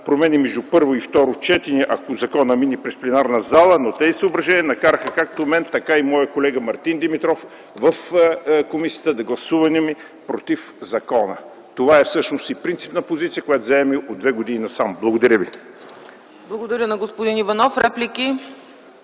промени между първо и второ четене, ако законопроектът мине в пленарната зала, но тези съображения накараха както мен, така и моят колега Мартин Димитров, в комисията да гласуваме против закона. Това всъщност е принципна позиция, която заемаме от две години насам. Благодаря. ПРЕДСЕДАТЕЛ ЦЕЦКА ЦАЧЕВА: Благодаря на господин Иванов. Има ли